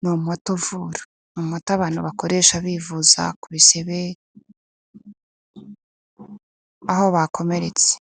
ni umuti uvura. Ni umati abantu bakoresha bivuza ku bisebe, aho bakomeretse.